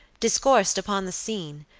discoursed upon the scene,